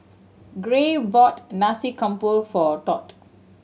Gray bought Nasi Campur for Todd